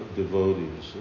devotees